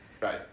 Right